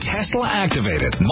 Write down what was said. Tesla-activated